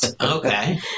Okay